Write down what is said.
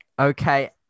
okay